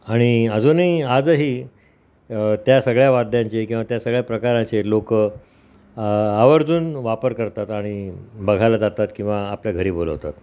आणि अजूनही आजही त्या सगळ्या वाद्यांचे किंवा त्या सगळ्या प्रकाराचे लोक आवर्जून वापर करतात आणि बघायला जातात किंवा आपल्या घरी बोलवतात